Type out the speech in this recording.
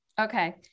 Okay